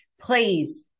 Please